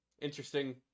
interesting